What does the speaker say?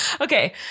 Okay